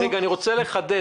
אני רוצה לחדד.